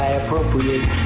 appropriate